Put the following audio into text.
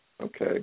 okay